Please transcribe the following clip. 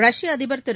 ரஷ்ய அதிபர் திரு